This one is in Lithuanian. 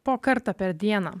po kartą per dieną